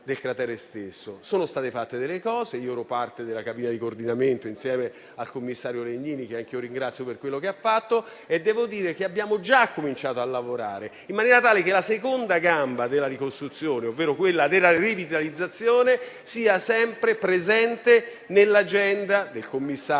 Sono state fatte delle cose; io ero parte della cabina di coordinamento, insieme al commissario Legnini, che anch'io ringrazio per quello che ha fatto. E devo dire che abbiamo già cominciato a lavorare in maniera tale che la seconda gamba della ricostruzione, ovvero la rivitalizzazione, sia sempre presente nell'agenda del commissario, dei